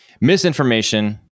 Misinformation